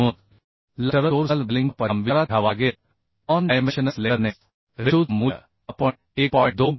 मग lateral torsional बकलिंगचा परिणाम विचारात घ्यावा लागेल तर नॉन डायमेन्शनल स्लेंडरनेस रेशोचे मूल्य आपण 1